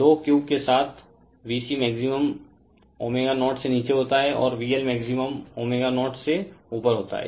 लौ Q के साथ VC maximum ω0 से नीचे होता है और VL मैक्सिमम ω0 से ऊपर होता है